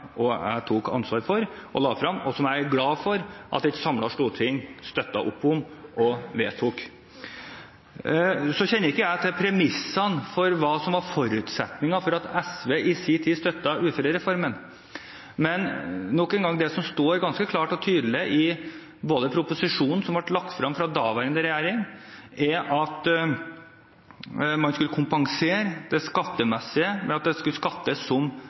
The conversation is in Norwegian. og jeg tok ansvaret for og la frem, og som jeg er glad for at et samlet storting støttet opp om og vedtok. Jeg kjenner ikke til premissene for forutsetningen for at SV i sin tid støttet uførereformen, men nok en gang: Det som står ganske klart og tydelig i proposisjonen som ble lagt frem av daværende regjering, er at man skulle kompensere det skattemessige med at det skulle skattes som